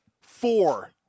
Four